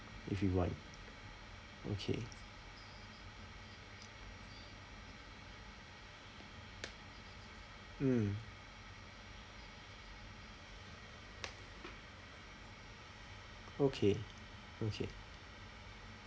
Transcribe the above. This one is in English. if we want okay mm okay okay